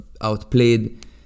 outplayed